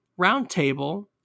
Roundtable